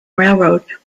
railroad